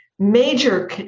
major